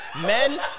men